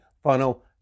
Funnel